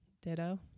Ditto